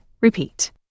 repeat